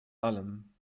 allem